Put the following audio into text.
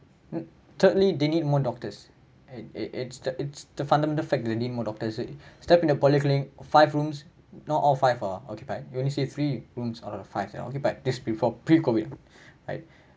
and thirdly they need more doctors it it's the it's the fundamental fact they need more doctors step in a polyclinic five rooms not all five are occupied you only see three rooms out of the five are occupied this before pre COVID right